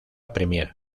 premier